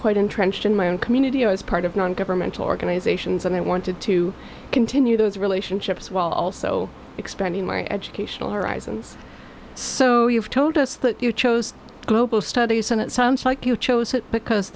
quite entrenched in my own community i was part of non governmental organizations and i wanted to continue those relationships while also expanding my educational horizons so you've told us that you chose global studies and it sounds like you chose it because